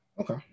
Okay